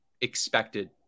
expected